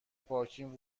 پارکینگ